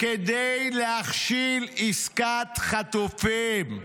כדי להכשיל עסקת חטופים.